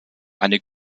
eine